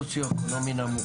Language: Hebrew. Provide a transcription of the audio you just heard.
שר התפוצות והמאבק